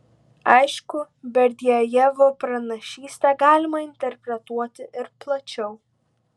aišku berdiajevo pranašystę galima interpretuoti ir plačiau